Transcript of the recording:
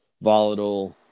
volatile